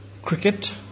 cricket